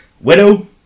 Widow